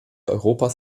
europas